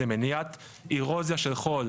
זה מניעת אירוזיה של חול.